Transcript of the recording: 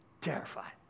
terrified